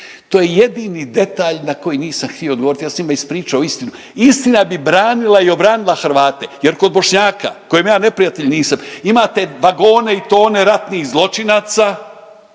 To je jedini detalj na koji nisam htio odgovoriti. Ja sam njima ispričao istinu. Istina bi branila i obranila Hrvate jer kod Bošnjaka kojima ja neprijatelj nisam imate vagone i tone ratnih zločinaca.